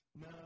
No